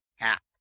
cap